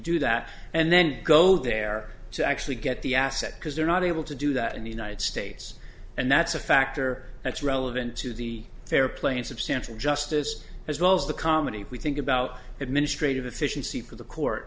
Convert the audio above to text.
do that and then go there to actually get the asset because they're not able to do that in the united states and that's a factor that's relevant to the fair play in substantial justice as well as the comedy if we think about administrative efficiency for